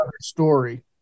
story